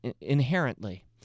inherently